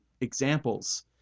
examples